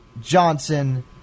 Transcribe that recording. Johnson